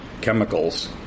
chemicals